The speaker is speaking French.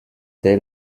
dès